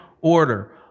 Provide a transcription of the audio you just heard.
order